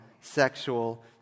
sexual